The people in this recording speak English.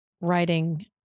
writing